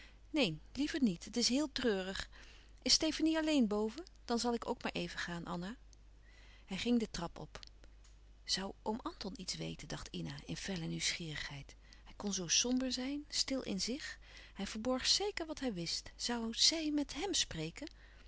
neen liever niet het is heel treurig is stefanie alleen boven dan zal ik ook maar even gaan anna hij ging de trap op zoû oom anton iets weten dacht ina in felle nieuwsgierigheid hij kon zoo somber zijn stil in zich hij verborg zeker wat hij wist zoû zij met hem spreken